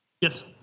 Yes